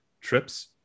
trips